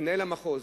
מנהל המחוז,